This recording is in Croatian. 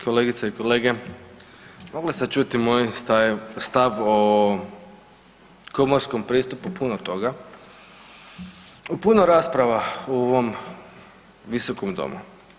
Kolegice i kolege, mogli ste čuti moj stav o komorskom pristupu puno toga u puno rasprava u ovom visokom domu.